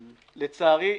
לצערי,